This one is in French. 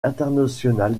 international